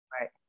Right